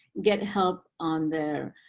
get help on their